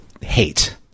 hate